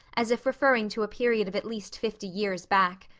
as if referring to a period of at least fifty years back.